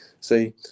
See